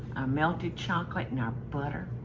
melted chocolate and our butter.